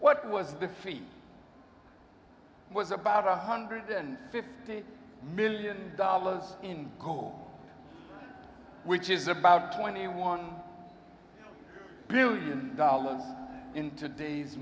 what was the fee was about a hundred and fifty million dollars in gold which is about twenty one billion dollars in today's